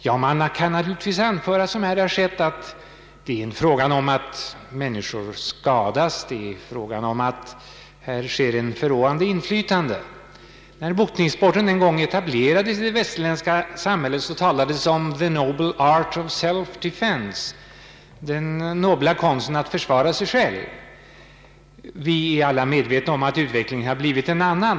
Vi kan naturligtvis anföra — som här har skett — att det är fråga om att skada människor och att boxningen övar ett förråande inflytande. När boxningssporten en gång etablerades i det västerländska samhället, talades det om ”the noble art of self-defence” — den nobla konsten att försvara sig själv. Vi är medvetna om att utvecklingen har blivit en annan.